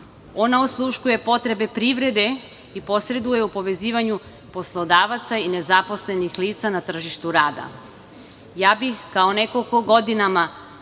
Ona osluškuje potrebe privrede i posreduje u povezivanju poslodavaca i nezaposlenih lica na tržištu rada. Kao neko ko godina